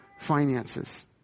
finances